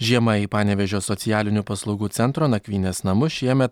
žiema į panevėžio socialinių paslaugų centro nakvynės namus šieme